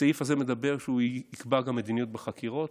הסעיף הזה אומר שהוא יקבע גם מדיניות בחקירות.